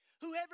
Whoever